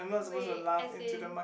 wait as in